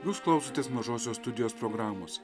jūs klausotės mažosios studijos programos